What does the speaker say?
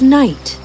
night